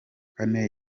kane